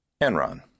Enron